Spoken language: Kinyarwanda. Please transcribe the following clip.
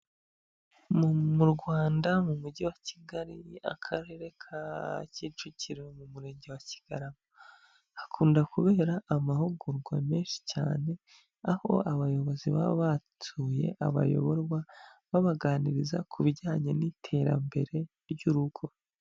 Mu Rwanda mu mujyi wa Kigali Akarere ka Kicukiro mu murenge wa Kigarama, hakunda kubera amahugurwa menshi cyane aho abayobozi baba basuye abayoborwa babaganiriza ku bijyanye n'iterambere ry'urugo.